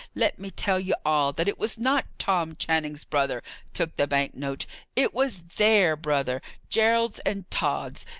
let me tell ye all, that it was not tom channing's brother took the bank-note it was their brother gerald's and tod's!